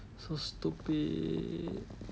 so stupid